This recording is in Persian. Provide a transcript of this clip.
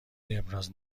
ابراز